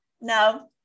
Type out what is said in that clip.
No